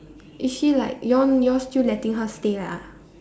is she like you all you all still letting her stay lah